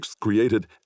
created